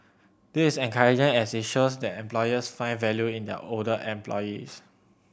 this is encouraging as it shows that employers find value in their older employees